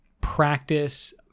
practice